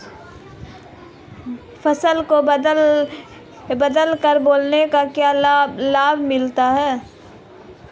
फसल को बदल बदल कर बोने से क्या लाभ मिलता है?